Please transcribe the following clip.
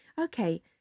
okay